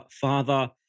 father